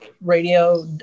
radio